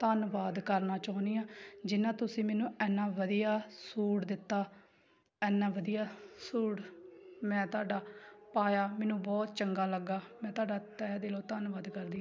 ਧੰਨਵਾਦ ਕਰਨਾ ਚਾਹੁੰਦੀ ਹਾਂ ਜਿੰਨਾਂ ਤੁਸੀਂ ਮੈਨੂੰ ਇੰਨਾ ਵਧੀਆ ਸੂਟ ਦਿੱਤਾ ਇੰਨਾ ਵਧੀਆ ਸੂਟ ਮੈਂ ਤੁਹਾਡਾ ਪਾਇਆ ਮੈਨੂੰ ਬਹੁਤ ਚੰਗਾ ਲੱਗਿਆ ਮੈਂ ਤੁਹਾਡਾ ਤਹਿ ਦਿਲੋਂ ਧੰਨਵਾਦ ਕਰਦੀ